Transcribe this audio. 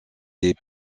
des